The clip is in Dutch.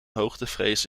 hoogtevrees